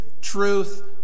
truth